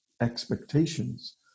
expectations